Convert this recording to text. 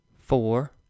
four